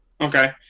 Okay